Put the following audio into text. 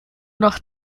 nach